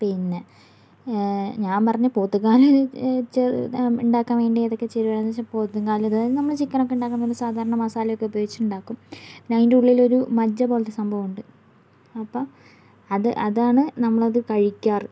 പിന്നെ ഞാൻ പറഞ്ഞ പോത്തുംകാല് ഉണ്ടാകാൻ വേണ്ടി ഏതൊക്കെ ചേരുവയാണെന്ന് ചോദിച്ചാൽ പോത്തുംകാല് അതായത് നമ്മൾ ചിക്കനൊക്കെ ഉണ്ടാക്കുന്നത് പോലെ സാധാരണ മസാലയൊക്കെ ഉപയോഗിച്ചുണ്ടാക്കും പിന്നെ അതിൻ്റുള്ളിലൊരു മജ്ജപോലത്തെ സംഭവം ഉണ്ട് അപ്പോൾ അത് അതാണ് നമ്മളത് കഴിക്കാറ്